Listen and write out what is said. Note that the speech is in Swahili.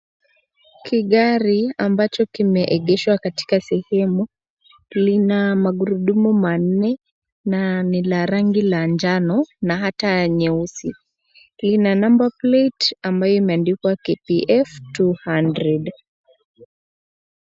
Kigari ambacho kimeegeshwa katika sehemu lina magurudumu manne na lina nirangi ya njano na hata nyeusi, lina number plate ambayo imeandikwa KBF 200